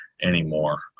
anymore